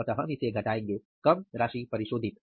अतः हम इसे घटाएंगे कम राशि परिशोधित